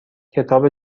کتاب